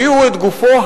הביאו את גופו,